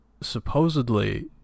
supposedly